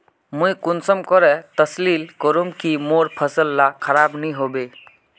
मुई कुंसम करे तसल्ली करूम की मोर फसल ला खराब नी होबे?